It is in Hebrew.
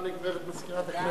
לו שהוא צריך להיות במליאה.